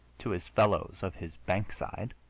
to his fellows of his bankside,